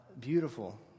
beautiful